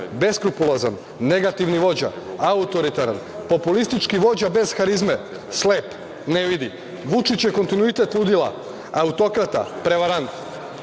beskrupulozan, negativni vođa, autoritaran, populistički vođa bez harizme, slep, ne vidi, Vučić je kontinuitet ludila, autokrata, prevarant,